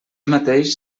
mateix